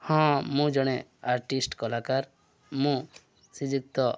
ହଁ ମୁଁ ଜଣେ ଆର୍ଟିଷ୍ଟ କଳାକାର ମୁଁ ଶ୍ରୀଯୁକ୍ତ